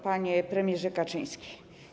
Panie Premierze Kaczyński!